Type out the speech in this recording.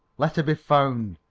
let her be found.